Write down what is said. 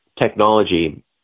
technology